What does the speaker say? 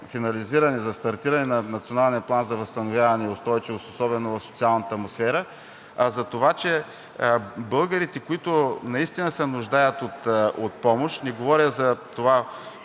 за стартиране на Националния план за възстановяване и устойчивост особено в социалната му сфера, а за това, че българите, които наистина се нуждаят от помощ, не говоря за